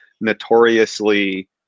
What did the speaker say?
notoriously